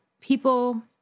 people